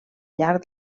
llarg